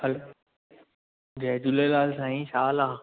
हलो जय झूलेलाल साईं छा हालु आहे